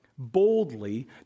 boldly